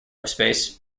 space